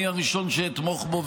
אני הראשון שאתמוך בו,